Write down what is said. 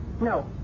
No